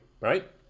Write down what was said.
right